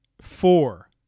Four